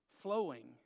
flowing